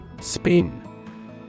Spin